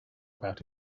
about